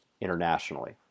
internationally